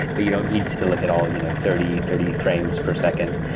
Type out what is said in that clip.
but you don't need to look at all you know thirty thirty frames per second.